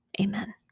Amen